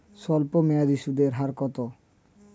স্বল্পমেয়াদী সুদের হার কত?